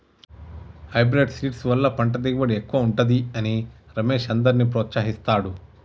hybrid seeds వల్ల పంట దిగుబడి ఎక్కువుంటది అని రమేష్ అందర్నీ ప్రోత్సహిస్తాడు